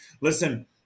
Listen